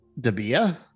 Dabia